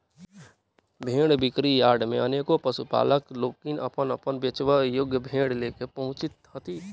भेंड़ बिक्री यार्ड मे अनेको पशुपालक लोकनि अपन अपन बेचबा योग्य भेंड़ ल क पहुँचैत छथि